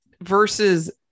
versus